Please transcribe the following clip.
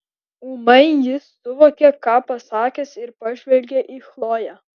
ūmai jis suvokė ką pasakęs ir pažvelgė į chloję